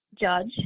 judge